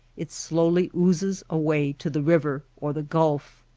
it slow ly oozes away to the river or the gulf.